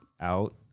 out